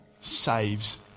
saves